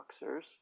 boxers